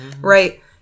right